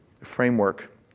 framework